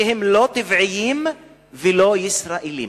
שהם לא טבעיים ולא ישראלים.